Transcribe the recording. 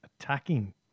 attacking